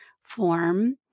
form